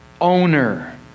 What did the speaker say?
owner